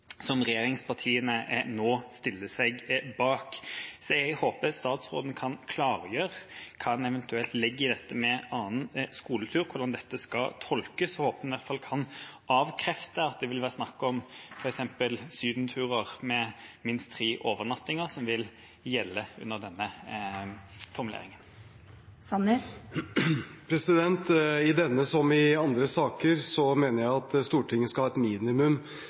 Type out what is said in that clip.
som regjeringspartiene nå stiller seg bak. Jeg håper statsråden kan klargjøre hva han eventuelt legger i dette med «annan skoletur», hvordan dette skal tolkes. Jeg håper han i alle fall kan avkrefte at det vil være snakk om f.eks. sydenturer med minst tre overnattinger som vil gjelde under denne formuleringen. I denne som i andre saker mener jeg at Stortinget skal ha et minimum